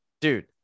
Dude